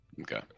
Okay